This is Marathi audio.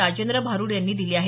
राजेंद्र भारुड यांनी दिले आहेत